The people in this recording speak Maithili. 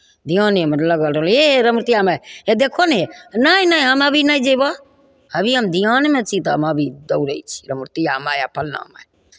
धियानमे लगल रहलहुँ हे रमवतिया माय हे देखहो ने हे नहि नहि हम अभी नहि जयबह अभी हम धियानमे छी तऽ हम अभी दौड़ै छी रमवतिया माय आ फल्लाँ माय